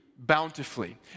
bountifully